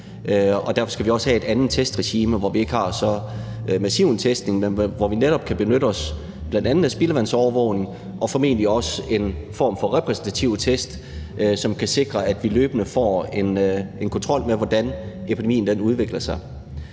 derfor skal vi også have et andet testregime, hvor vi ikke har en så massiv testning, men hvor vi netop kan benytte os af bl.a. spildevandsovervågning og formentlig også en form for repræsentative test, som kan sikre, at vi løbende får en kontrol af, hvordan epidemien udvikler sig.